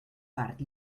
part